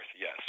yes